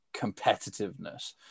competitiveness